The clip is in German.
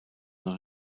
noch